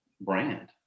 brand